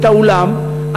את האולם,